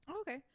Okay